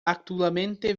actualmente